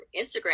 Instagram